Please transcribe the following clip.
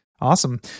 Awesome